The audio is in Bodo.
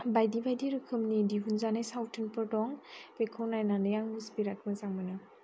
बायदि बायदि रोखोमनि दिहुनजानाय सावथुनफोर दं बेखौ नायनानै आं बिराद मोजां मोनो